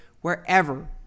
wherever